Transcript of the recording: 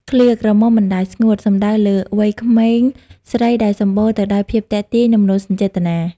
ឃ្លា «ក្រមុំមិនដែលស្ងួត» សំដៅលើវ័យក្មេងស្រីដែលសម្បូរទៅដោយភាពទាក់ទាញ និងមនោសញ្ចេតនា។